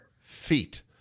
feet